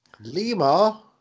Lima